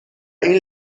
این